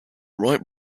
right